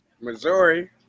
Missouri